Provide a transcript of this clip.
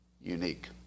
unique